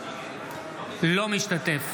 אינו משתתף